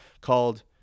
called